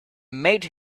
made